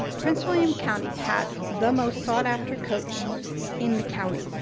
prince william county had the most sought after coach in the county,